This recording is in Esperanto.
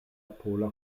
pola